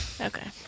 Okay